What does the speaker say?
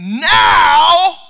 now